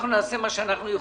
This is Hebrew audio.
אנחנו נעשה מה שאנחנו יכולים.